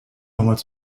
nochmals